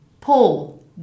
pull